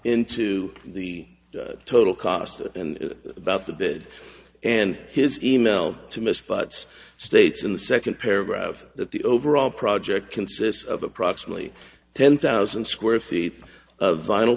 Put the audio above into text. into the total cost and about the bed and his email to miss but states in the second paragraph that the overall project consists of approximately ten thousand square feet of vinyl